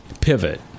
pivot